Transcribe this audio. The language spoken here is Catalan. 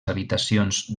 habitacions